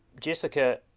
Jessica